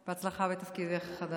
בהצלחה בתפקידך החדש.